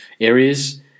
areas